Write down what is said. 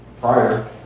prior